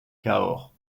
cahors